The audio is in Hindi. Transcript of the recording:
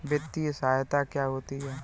वित्तीय सहायता क्या होती है?